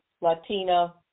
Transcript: Latina